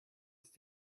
ist